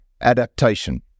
adaptation